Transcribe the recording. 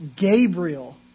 Gabriel